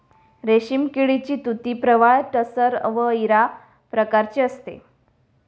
रेशीम किडीची तुती प्रवाळ टसर व इरा प्रकारची असते